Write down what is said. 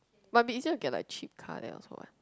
might be easier to get a cheap car there also what